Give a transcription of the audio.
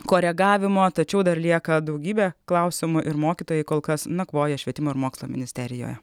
koregavimo tačiau dar lieka daugybė klausimų ir mokytojai kol kas nakvoja švietimo ir mokslo ministerijoje